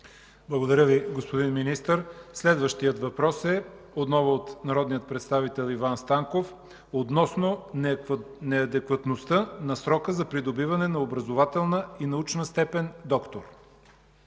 Благодаря Ви, господин Министър. Следващият въпрос е отново от народния представител Иван Станков относно неадекватността на срока за придобиване на образователна и научна степен „доктор”.